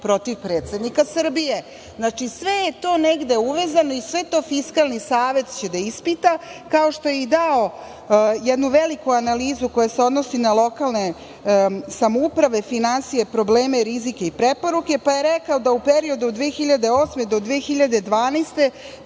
protiv predsednika Srbije. Znači, sve je to negde uvezano i sve će to Fiskalni savet da ispita, kao što je i dao jednu veliku analizu koja se odnosi na lokalne samouprave, finansije, probleme, rizike i preporuke, pa je rekao da u periodu od 2008. do 2012.